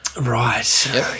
Right